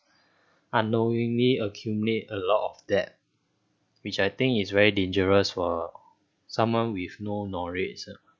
unknowingly accumulate a lot of debt which I think is very dangerous for someone with no knowledge ah